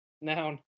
Noun